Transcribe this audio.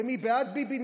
למי בעד ביבי,